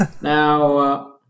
Now